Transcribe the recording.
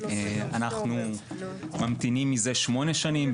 אנחנו ממתינים מזה שמונה שנים,